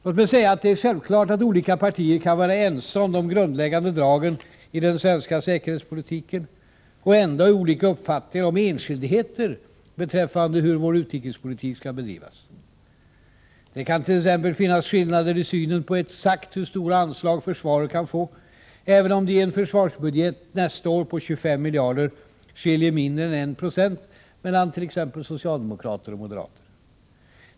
Låt mig säga att det är självklart att olika partier kan vara ense om de grundläggande dragen i den svenska säkerhetspolitiken och ändå ha olika uppfattningar om enskildheter beträffande hur vår utrikespolitik skall bedrivas. Det kan t.ex. finnas skillnader i synen på exakt hur stora anslag försvaret kan få — även om det nästa år i en försvarsbudget på 25 miljarder skiljer mindre än 1 96 mellan t.ex. socialdemokrater och moderater.